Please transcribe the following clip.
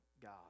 God